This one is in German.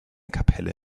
kapelle